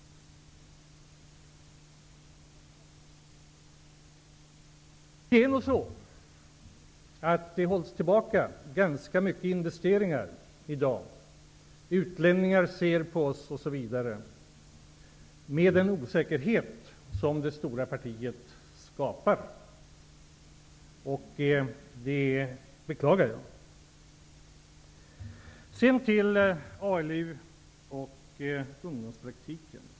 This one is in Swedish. Det är nog så att det hålls tillbaka ganska mycket investeringar i dag -- utlänningar ser på oss osv. -- på grund av den osäkerhet som det stora partiet skapar, och det beklagar jag. Sedan till ALU och ungdomspraktiken.